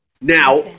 Now